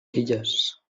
filles